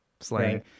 slang